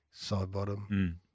Sidebottom